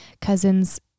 cousin's